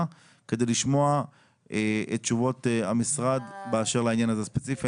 כדי לשמוע את תשובות המשרד באשר לעניין הזה ספציפית.